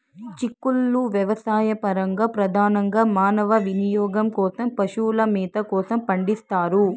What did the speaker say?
చిక్కుళ్ళు వ్యవసాయపరంగా, ప్రధానంగా మానవ వినియోగం కోసం, పశువుల మేత కోసం పండిస్తారు